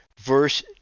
verse